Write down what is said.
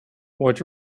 what